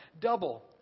Double